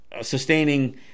sustaining